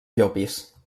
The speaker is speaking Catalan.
llopis